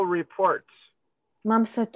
reports